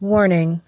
Warning